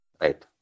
Right